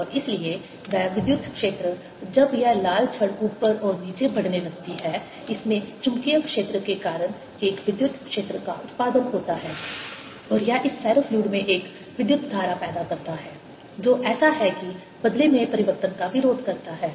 और इसलिए वह विद्युत क्षेत्र जब यह लाल छड़ ऊपर और नीचे बढ़ने लगती है इसमें चुंबकीय क्षेत्र के कारण एक विद्युत क्षेत्र का उत्पादन होता है और यह इस फेरोफ्लुइड में एक विद्युत धारा पैदा करता है जो ऐसा है कि बदले में परिवर्तन का विरोध करता है